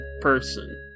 person